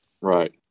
right